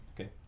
Okay